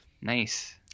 Nice